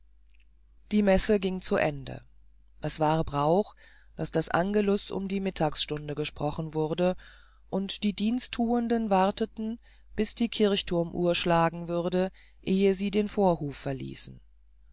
die messe ging zu ende es war brauch daß das angelus um die mittagsstunde gesprochen wurde und die dienstthuenden warteten bis die kirchthurmuhr schlagen würde ehe sie den vorhof verließen